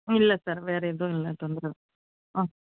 இல்லை சார் வேறு எதுவும் இல்லை தொந்தரவு